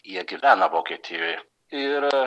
jie gyvena vokietijoje ir